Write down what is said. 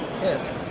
Yes